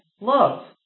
love